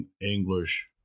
english